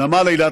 נמל אילת,